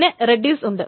പിന്നെ റെഡിസ് ഉണ്ട്